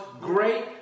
great